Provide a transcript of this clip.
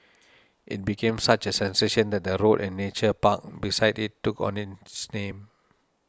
it became such a sensation that the road and nature park beside it took on its name